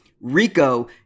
Rico